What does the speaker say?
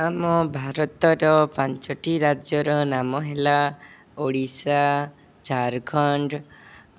ଆମ ଭାରତର ପାଞ୍ଚଟି ରାଜ୍ୟର ନାମ ହେଲା ଓଡ଼ିଶା ଝାଡ଼ଖଣ୍ଡ